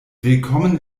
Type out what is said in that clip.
willkommen